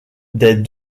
des